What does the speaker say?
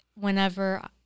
whenever